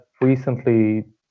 recently